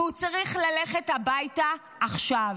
והוא צריך ללכת הביתה עכשיו.